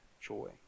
joy